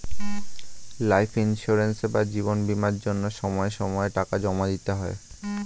life insurance বা জীবন বীমার জন্য সময় সময়ে টাকা জমা দিতে হয়